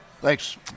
thanks